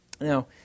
Now